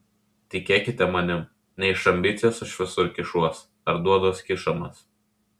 tikėkite manim ne iš ambicijos aš visur kišuos ar duoduos kišamas